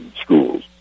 schools